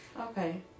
Okay